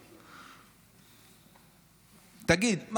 תגיד,